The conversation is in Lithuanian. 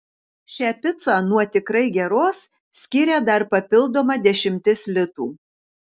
šią picą nuo tikrai geros skiria dar papildoma dešimtis litų